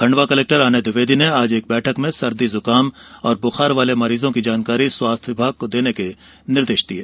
Khandwa collector Anay Dwivedi ने आज एक बैठक में सर्दी जुकाम बुखार वाले मरीजों की जानकारी स्वास्थ्य विभाग को देने के निर्देश दिये